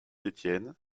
étienne